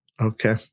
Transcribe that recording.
Okay